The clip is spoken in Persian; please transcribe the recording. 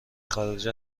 خارج